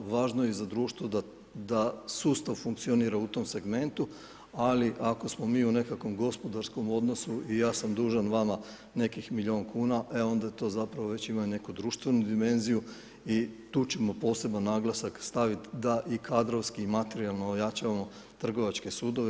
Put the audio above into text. Važno je i za društvo da sustav funkcionira u tom segmentu, ali ako smo mi u nekakvom gospodarskom odnosu i ja sam dužan vama nekih milijun kuna, e onda to već ima neku društvenu dimenziju i tu ćemo poseban naglasak staviti da i kadrovski i materijalno ojačamo trgovačke sudove.